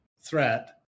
threat